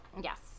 Yes